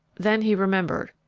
then he remembered,